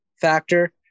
factor